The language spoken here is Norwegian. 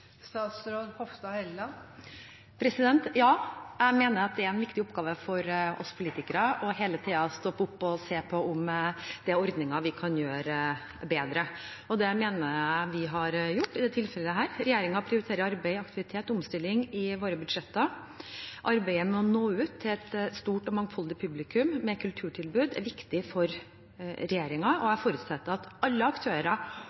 Ja, jeg mener at det er en viktig oppgave for oss politikere hele tiden å stoppe opp og se om det er ordninger vi kan gjøre bedre. Det mener jeg vi har gjort i dette tilfellet. Regjeringen prioriterer arbeid, aktivitet og omstilling i våre budsjetter. Arbeidet med å nå ut til et stort og mangfoldig publikum med kulturtilbud er viktig for regjeringen, og jeg forutsetter at alle aktører